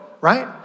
right